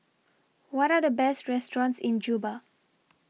What Are The Best restaurants in Juba